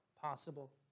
possible